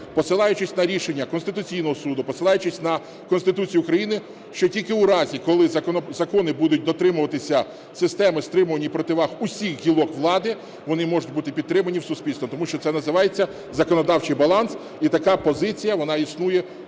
посилаючись на рішення Конституційного Суду, посилаючись на Конституцію України, що тільки у разі, коли закони будуть дотримуватися системи стримувань і противаг усіх гілок влади, вони можуть бути підтримані суспільством. Тому що це називається законодавчий баланс. І така позиція, вона